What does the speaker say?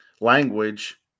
language